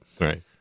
right